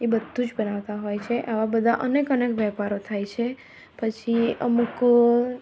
એ બધું જ બનાવતા હોય છે આવા બધાં અનેક અનેક વેપારો થાય છે પછી અમુક